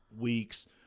weeks